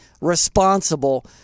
responsible